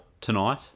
tonight